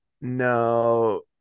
No